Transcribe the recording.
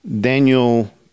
daniel